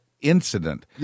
incident